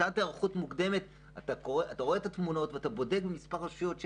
קצת היערכות מוקדמת אתה רואה את התמונות ואתה רואה שיש מספר רשויות,